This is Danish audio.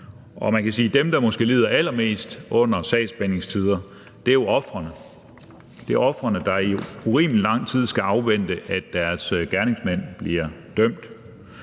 dem, der måske lider allermest under lange sagsbehandlingstider, er ofrene. Det er ofrene, der i urimelig lang tid skal afvente, at deres gerningsmand bliver dømt.